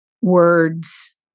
words